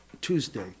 Tuesday